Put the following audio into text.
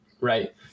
Right